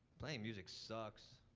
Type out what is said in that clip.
playing music sucks.